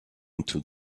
into